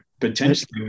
potentially